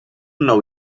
nou